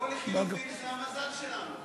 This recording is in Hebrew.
או, לחלופין, שזה המזל שלנו.